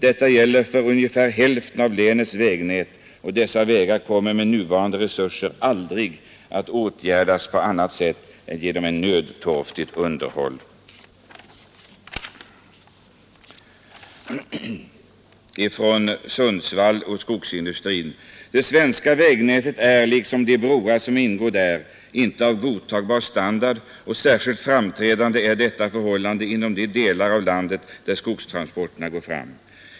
Detta gäller för ungefär hälften av länets vägnät, och dessa vägar kommer med nuvarande resurser aldrig att åtgärdas på annat sätt än genom ett nödtorftigt underhåll.” Ifrån skogsindustrin i Sundsvall har anförts: ”Det svenska vägnätet är liksom de broar som ingår där inte av godtagbar standard, och särskilt framträdande är detta förhållande inom de delar av landet där skogstransporterna går fram.